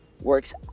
works